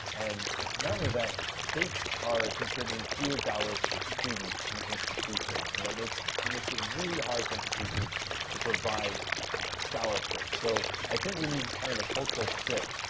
and not only that, they are contributing fewer dollars per student to institutions. and that makes that makes it really hard for institutions to provide scholarships. so i think we need kind of a cultural shift.